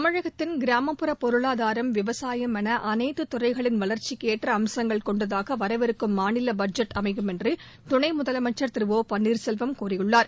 தமிழகத்தின் கிராமப்புற பொருளாதாரம் விவசாயம் என அனைத்து துறைகளின் வளா்ச்சிக்கு ஏற்ற அம்சங்கள் கொண்டதாக வரவிருக்கும் மாநில பட்ஜெட் அமையும் என்று துணை முதலமைச்சா் திரு ஓ பன்னீர்செல்வம் கூறியுள்ளார்